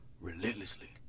relentlessly